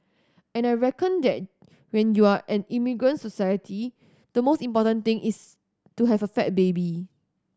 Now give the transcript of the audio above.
and I reckon that when you're an immigrant society the most important thing is to have a fat baby